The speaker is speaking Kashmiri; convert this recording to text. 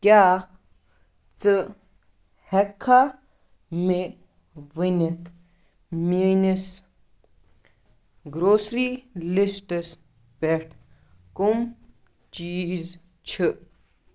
کیٛاہ ژٕ ہٮ۪کہٕ کھا مےٚ ؤنِتھ میٛٲنِس گرٛوسری لِسٹَس پیٹھ کَم چیٖز چھِ